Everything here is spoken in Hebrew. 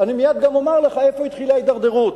אני מייד גם אומר לך איפה התחילה ההידרדרות.